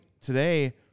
today